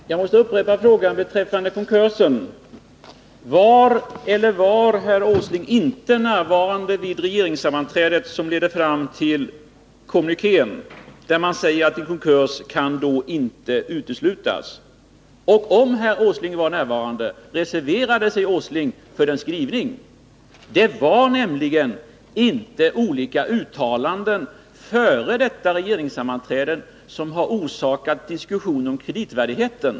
Herr talman! Jag måste upprepa min fråga beträffande konkurs: Var herr Åsling närvarande eller inte närvarande vid det regeringssammanträde som ledde fram till den kommuniké där man säger att konkurs inte kan uteslutas? Om herr Åsling var närvarande, reserverade sig herr Åsling mot skrivningen? Det var nämligen inte olika uttalanden före detta regeringssammanträde som orsakade diskussionen om kreditvärdighet.